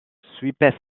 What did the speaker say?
suippes